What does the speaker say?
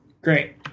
Great